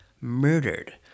murdered